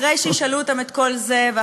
אחרי שהם ישאלו אותם את כל זה, מה הם יעשו להם?